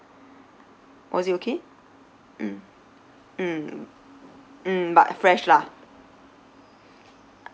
was it okay mm mm mm but fresh lah